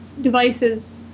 devices